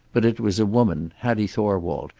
but it was a woman, hattie thorwald,